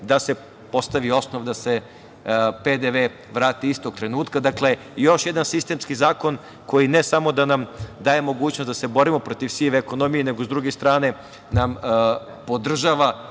da se postavi osnov da se PDV vrati istog trenutka. Još jedan sistemski zakon koji ne samo da nam daje mogućnost da se borimo protiv sive ekonomije, nego s druge strane nam podržava